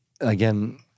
again